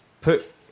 put